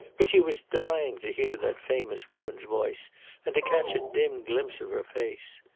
but she was dying to hear that famous woman's voice and to catch a dim glimpse of her face.